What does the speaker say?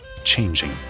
changing